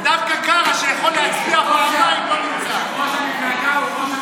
ודווקא קארה, שיכול להצביע פעמיים, לא נמצא.